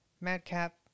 Madcap